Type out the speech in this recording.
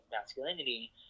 masculinity